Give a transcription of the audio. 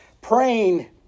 praying